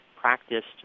practiced